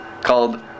Called